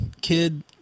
kid